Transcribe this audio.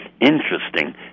Interesting